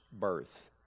birth